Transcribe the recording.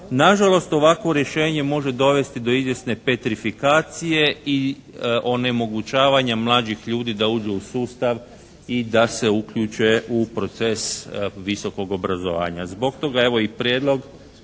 Nažalost ovakvo rješenje može dovesti do izvjesne petrifikacije i onemogućavanja mlađih ljudi da uđu u sustav i da se uključe u proces visokog obrazovanja. Zbog toga evo i prijedlog